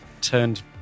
turned